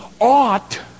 ought